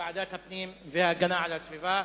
לוועדת הפנים והגנת הסביבה.